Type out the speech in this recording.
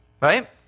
right